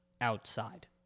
outside